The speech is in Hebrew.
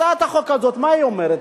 הצעת החוק הזאת, מה היא אומרת?